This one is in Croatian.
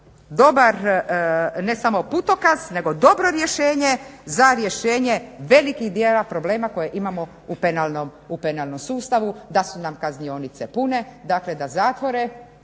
dobar ne samo putokaz, nego dobro rješenje za rješenje velikih dijela problema koje imamo u penalnom sustavu da su nam kaznionice pune, dakle da zatvore